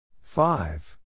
FIVE